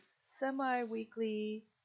semi-weekly